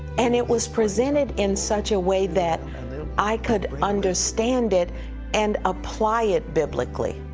and it was presented in such a way that i could understand it and apply it biblically